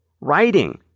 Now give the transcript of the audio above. Writing